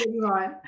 right